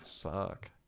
fuck